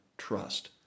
trust